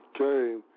Okay